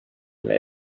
mille